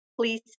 Please